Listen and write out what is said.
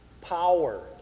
power